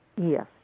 Yes